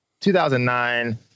2009